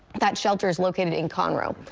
that shelter is located in conroe.